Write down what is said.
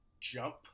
jump